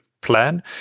Plan